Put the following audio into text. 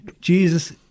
Jesus